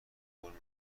قورمه